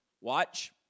Watch